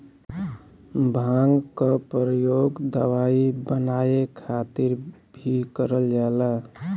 भांग क परयोग दवाई बनाये खातिर भीं करल जाला